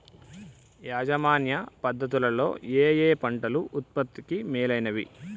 యాజమాన్య పద్ధతు లలో ఏయే పంటలు ఉత్పత్తికి మేలైనవి?